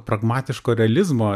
pragmatiško realizmo